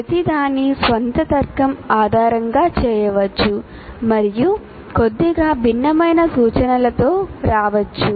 ప్రతి దాని స్వంత తర్కం ఆధారంగా చేయవచ్చు మరియు కొద్దిగా భిన్నమైన సూచనలతో రావచ్చు